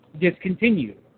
discontinued